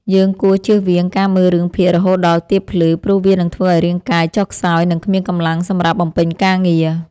យើងគួរជៀសវាងការមើលរឿងភាគរហូតដល់ទាបភ្លឺព្រោះវានឹងធ្វើឱ្យរាងកាយចុះខ្សោយនិងគ្មានកម្លាំងសម្រាប់បំពេញការងារ។